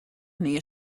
nea